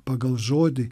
pagal žodį